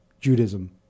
Judaism